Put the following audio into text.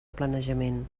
planejament